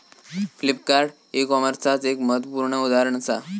Flipkart e कॉमर्सचाच एक महत्वपूर्ण उदाहरण असा